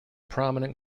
prominent